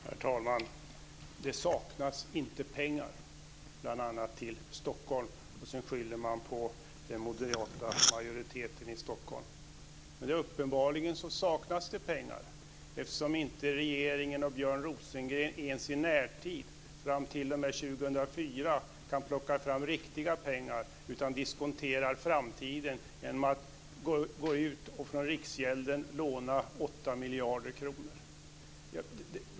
Herr talman! Det saknas inte pengar till bl.a. Stockholm, får vi höra. Sedan skyller man på den moderata majoriteten i Stockholm. Men uppenbarligen saknas det pengar eftersom regeringen och Björn Rosengren inte ens i närtid, fram t.o.m. 2004, kan plocka fram riktiga pengar utan diskonterar framtiden genom att gå ut och från Riksgälden låna 8 miljarder kronor.